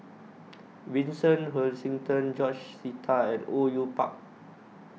Vincent Hoisington George Sita and Au Yue Pak